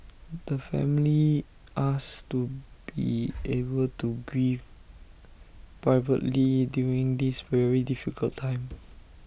the family asks to be able to grieve privately during this very difficult time